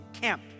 camp